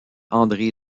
andré